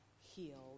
healed